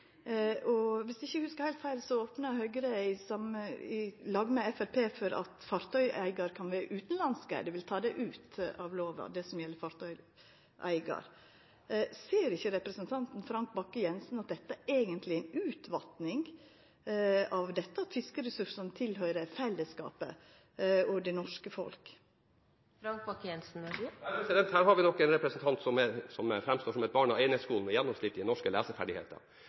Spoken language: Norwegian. og ikke bare er noe regjeringspartiene kan reise rundt å smykke seg med. Eg vil gjerne ha ei lita oppfølging: Norske fiskeressursar tilhøyrer fellesskapet. Om eg ikkje hugsar heilt feil, opna Høgre i lag med Framstegspartiet for at fartøyeigar kan vera utanlandsk – dei vil ta det ut av lova, det som gjeld fartøyeigar. Ser ikkje representanten Frank Bakke-Jensen at dette eigentleg er ei utvatning av at fiskeressursane tilhøyrer fellesskapet og det norske folket? Her har vi nok en representant som framstår som et barn